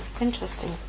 interesting